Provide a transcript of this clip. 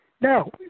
Now